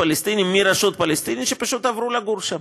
פלסטינים מהרשות הפלסטינית שפשוט עברו לגור שם.